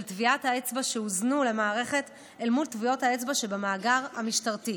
של טביעות האצבע שהוזנו למערכת אל מול טביעות האצבע שבמאגר המשטרתי.